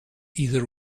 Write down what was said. either